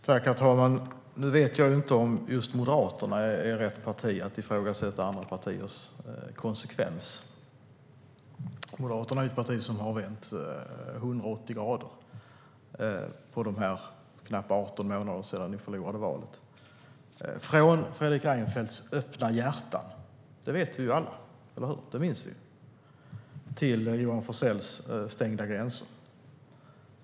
Herr talman! Nu vet jag inte om just Moderaterna är rätt parti att ifrågasätta andra partiers konsekvens. Moderaterna är ju ett parti som har vänt 180 grader på de knappa 18 månader sedan Alliansen förlorade valet, från Fredrik Reinfeldts öppna hjärtan - det minns vi alla - till Johan Forsells stängda gränser.